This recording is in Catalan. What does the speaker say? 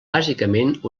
bàsicament